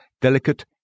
delicate